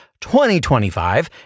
2025